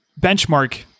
benchmark